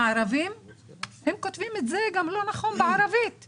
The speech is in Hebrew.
נעים לירוק - לא התייחסתם לניסוי הזה שבעיני הוא ניסוי טוב,